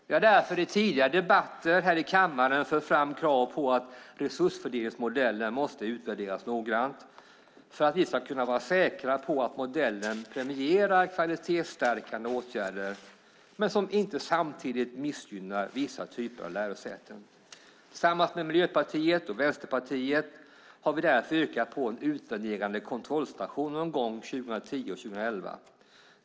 Vi har därför i tidigare debatter i kammaren fört fram krav på att resursfördelningsmodellen måste utvärderas noggrant så att vi ska kunna vara säkra på att modellen premierar kvalitetsstärkande åtgärder men inte missgynnar vissa typer av lärosäten. Tillsammans med Miljöpartiet och Vänsterpartiet har vi yrkat på en utvärderande kontrollstation någon gång 2010-2011.